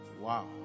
Wow